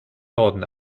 norden